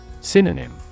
Synonym